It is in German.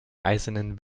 eisernen